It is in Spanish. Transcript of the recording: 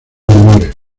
menores